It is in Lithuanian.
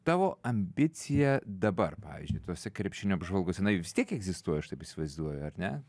tavo ambicija dabar pavyzdžiui tose krepšinio apžvalgose jinai juk vis tiek egzistuoja aš taip įsivaizduoju ar ne